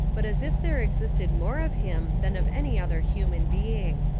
but as if there existed more of him than of any other human being.